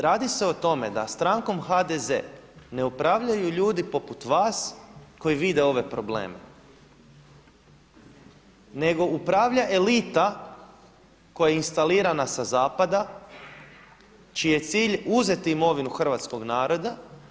Radi se o tome da strankom HDZ ne upravljaju ljudi poput vas koji vide ove probleme nego upravlja elita koja je instalirana sa zapada čiji je cilj uzeti imovinu hrvatskoga naroda.